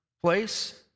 place